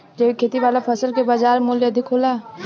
जैविक खेती वाला फसल के बाजार मूल्य अधिक होला